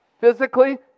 physically